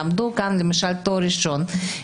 שלמדו כאן למשל תואר ראשון,